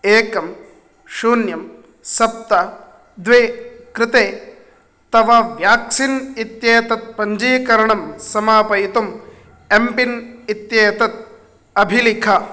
एकं शून्यं सप्त द्वे कृते तव व्याक्सिन् इत्येतत् पञ्जीकरणं समापयितुम् एम्पिन् इत्येतत् अभिलिख